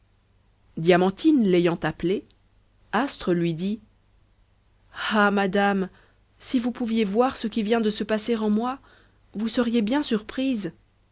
diamantine l'ayant appelée astre lui dit ah madame si vous pouviez voir ce qui vient de se passer en moi vous seriez bien surprise